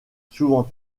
souvent